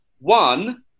One